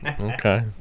Okay